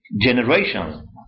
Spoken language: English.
generations